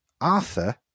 Arthur